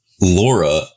Laura